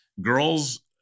Girls